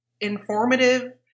informative